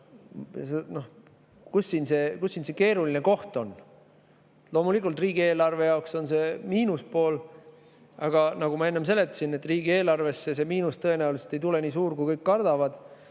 kus siin see keeruline koht on? Loomulikult, riigieelarve jaoks on see miinus, aga nagu ma enne seletasin, riigieelarves see miinus tõenäoliselt ei tule nii suur, kui kõik kardavad,